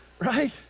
right